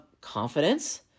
confidence